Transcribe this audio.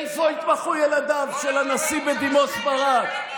איפה התמחו ילדיו של הנשיא בדימוס ברק?